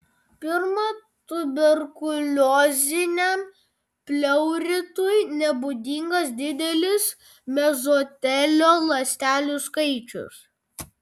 pirma tuberkulioziniam pleuritui nebūdingas didelis mezotelio ląstelių skaičius